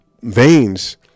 veins